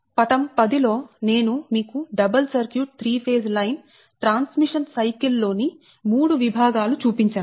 పటం 10 లో నేను మీకు double circuit 3 phase line transmission cycle లో ని 3 విభాగాలు చూపించాను